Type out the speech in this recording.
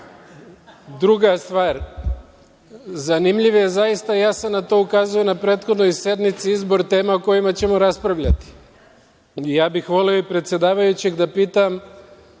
stvar, zanimljiv je, zaista, ja sam na to ukazao na prethodnoj sednici, izbor tema o kojima ćemo raspravljati. Ja bih voleo i predsedavajućeg da pitam